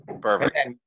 Perfect